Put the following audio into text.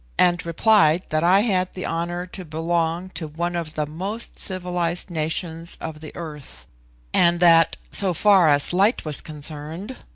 and replied that i had the honour to belong to one of the most civilised nations of the earth and that, so far as light was concerned,